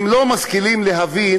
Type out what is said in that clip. הם לא משכילים להבין